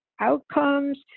outcomes